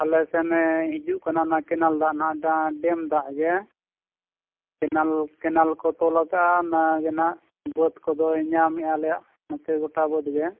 ᱟᱞᱮ ᱥᱮᱱᱮ ᱦᱤᱡᱩᱜ ᱠᱟᱱᱟ ᱚᱱᱟ ᱠᱮᱱᱮᱞ ᱫᱟᱜ ᱦᱟᱸᱜ ᱡᱟᱦᱟᱸ ᱰᱮᱢ ᱫᱟᱜ ᱜᱮ ᱠᱮᱱᱮᱞ ᱠᱮᱱᱮᱞ ᱠᱚ ᱛᱚᱞ ᱠᱟᱜᱼᱟ ᱚᱱᱟ ᱜᱮ ᱦᱟᱸᱜ ᱵᱟᱹᱫᱽ ᱠᱚᱫᱚᱭ ᱧᱟᱢᱮᱫᱼᱟ ᱟᱞᱮᱭᱟᱜ ᱱᱚᱛᱮ ᱜᱳᱴᱟ ᱵᱟᱹᱫᱽ ᱜᱮ